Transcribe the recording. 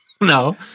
No